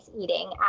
eating